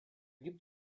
gibt